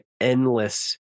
endless